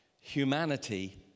Humanity